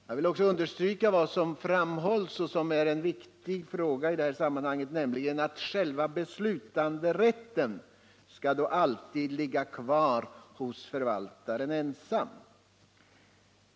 Jag vill också understryka vad som framhålls och som är viktigt i detta sammanhang, nämligen att själva beslutanderätten dock alltid skall ligga hos förvaltaren ensam.